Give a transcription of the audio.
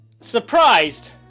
Surprised